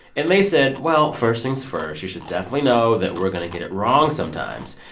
and they said, well, first things first, you should definitely know that we're going to get it wrong sometimes.